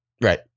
Right